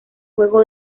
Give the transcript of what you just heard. juego